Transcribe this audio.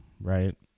right